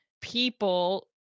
people